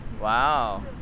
Wow